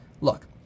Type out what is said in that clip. Look